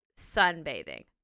sunbathing